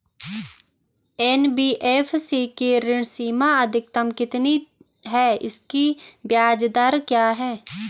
NBFC की ऋण सीमा अधिकतम कितनी है इसकी ब्याज दर क्या है?